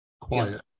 quiet